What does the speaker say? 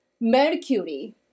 Mercury